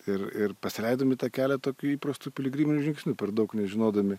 ir ir pasileidom į tą kelią tokiu įprastu piligriminiu žingsniu per daug nežinodami